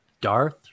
Darth